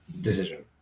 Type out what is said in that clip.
Decision